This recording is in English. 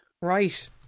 Right